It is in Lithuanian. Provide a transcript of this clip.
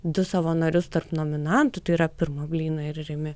du savo narius tarp nominantų tai yra pirmu blynu ir rimi